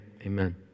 amen